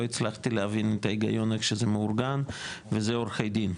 הצלחתי להבין את ההיגיון איך שזה מאורגן וזה עורכי דין,